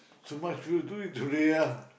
so much we'll do with the